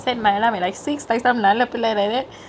set my alarm like at six நல்ல புள்ள:nalle pulle like that